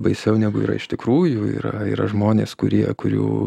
baisiau negu yra iš tikrųjų yra yra žmonės kurie kurių